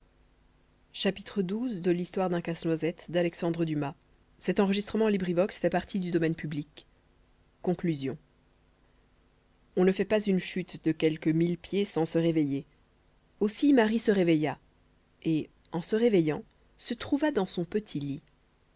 pouvait mesurer on ne fait pas une chute de quelques mille pieds sans se réveiller aussi marie se réveilla et en se réveillant se retrouva dans son petit lit